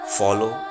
follow